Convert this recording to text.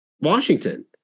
Washington